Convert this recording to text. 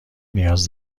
نیاز